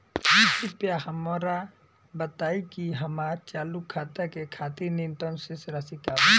कृपया हमरा बताइ कि हमार चालू खाता के खातिर न्यूनतम शेष राशि का बा